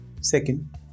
Second